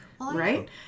Right